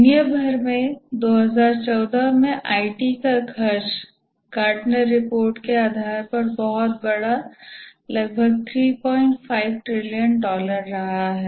दुनिया भर में 2014 में आईटी का खर्च गार्टनर रिपोर्ट के आधार पर बहुत बड़ा लगभग 35 ट्रिलियन डॉलर रहा है